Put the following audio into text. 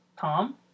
Tom